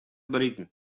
berikken